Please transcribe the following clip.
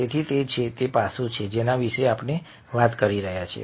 તેથી તે છે તે પાસું છે જેના વિશે આપણે વાત કરી રહ્યા છીએ